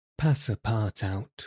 Passapartout